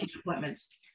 appointments